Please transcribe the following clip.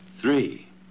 three